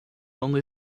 only